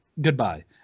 goodbye